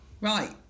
Right